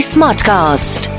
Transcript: Smartcast